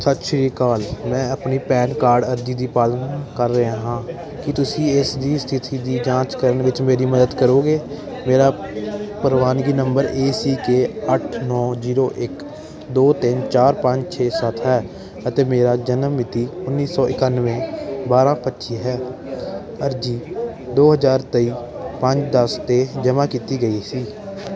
ਸਤਿ ਸ਼੍ਰੀ ਅਕਾਲ ਮੈਂ ਆਪਣੀ ਪੈਨ ਕਾਰਡ ਅਰਜ਼ੀ ਦੀ ਪਾਲਣਾ ਕਰ ਰਿਹਾ ਹਾਂ ਕੀ ਤੁਸੀਂ ਇਸ ਦੀ ਸਥਿਤੀ ਦੀ ਜਾਂਚ ਕਰਨ ਵਿੱਚ ਮੇਰੀ ਮਦਦ ਕਰੋਗੇ ਮੇਰਾ ਪ੍ਰਵਾਨਗੀ ਨੰਬਰ ਏ ਸੀ ਕੇ ਅੱਠ ਨੌ ਜੀਰੋ ਇੱਕ ਦੋ ਤਿੰਨ ਚਾਰ ਪੰਜ ਛੇ ਸੱਤ ਹੈ ਅਤੇ ਮੇਰੀ ਜਨਮ ਮਿਤੀ ਉੱਨੀ ਸੌ ਇਕਾਨਵੇਂ ਬਾਰ੍ਹਾਂ ਪੱਚੀ ਹੈ ਅਰਜ਼ੀ ਦੋ ਹਜ਼ਾਰ ਤੇਈ ਪੰਜ ਦਸ 'ਤੇ ਜਮ੍ਹਾਂ ਕੀਤੀ ਗਈ ਸੀ